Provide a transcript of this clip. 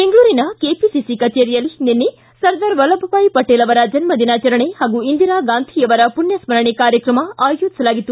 ಬೆಂಗಳೂರಿನ ಕೆಪಿಸಿಸಿ ಕಚೇರಿಯಲ್ಲಿ ನಿನ್ನೆ ಸರ್ದಾರ್ ವಲ್ಲಭಭಾಯ್ ಪಟೇಲ್ ಅವರ ಜನ್ನ ದಿನಾಚರಣೆ ಪಾಗೂ ಇಂದಿರಾ ಗಾಂಧಿಯವರ ಪುಣ್ಣಸ್ನರಣೆ ಕಾರ್ಯಕ್ರಮ ಅಯೋಜಿಸಲಾಗಿತ್ತು